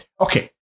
okay